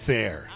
Fair